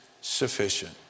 sufficient